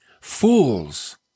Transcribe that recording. Fools